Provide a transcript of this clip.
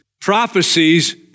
prophecies